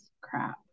crap